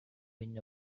been